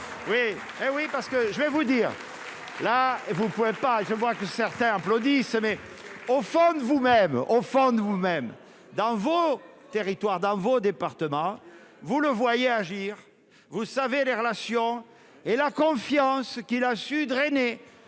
Oui, parce que je vais vous dire là, vous ne pouvez pas je vois que certains applaudissent, mais au fond de vous-même, on Phone vous-même dans vos territoires dans vos départements, vous le voyez agir vous savez les relations et la confiance qu'il a su drainer